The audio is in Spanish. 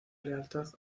lealtad